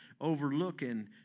overlooking